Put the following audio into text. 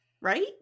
Right